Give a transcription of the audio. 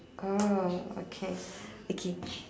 oh okay okay